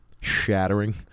shattering